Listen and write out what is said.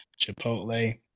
chipotle